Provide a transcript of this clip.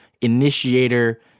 initiator